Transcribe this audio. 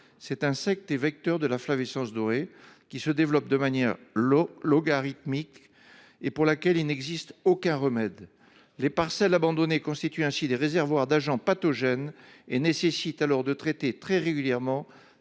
Cet insecte est vecteur de la flavescence dorée, qui se développe de manière logarithmique et contre laquelle il n’existe aucun remède. Dans la mesure où les parcelles abandonnées constituent des réservoirs d’agents pathogènes, il est nécessaire de traiter très régulièrement